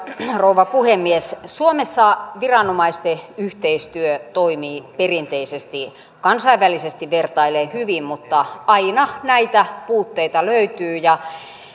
rouva puhemies suomessa viranomaisten yhteistyö toimii perinteisesti kansainvälisesti vertaillen hyvin mutta aina näitä puutteita löytyy